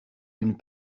une